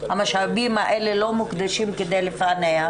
המשאבים האלה לא מוקדשים כדי לפענח.